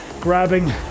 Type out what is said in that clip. grabbing